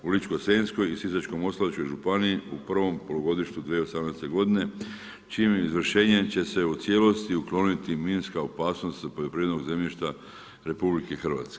U Ličko-senjskoj i Sisačko-moslavačkoj županiji u prvom polugodištu 2018. godine čije izvršenje će se u cijelosti ukloniti minska opasnost od poljoprivrednog zemljišta RH.